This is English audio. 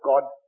God